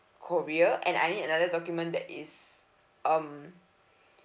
korea and I need another document that is um